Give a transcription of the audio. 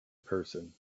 person